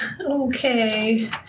okay